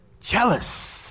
Jealous